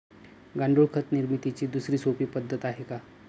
गांडूळ खत निर्मितीची दुसरी सोपी पद्धत आहे का?